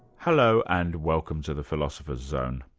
hello, and welcome to the philosopher's zone.